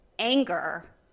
anger